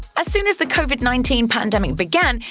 as soon as the covid nineteen pandemic began,